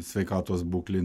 sveikatos būklei